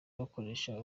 bakoresha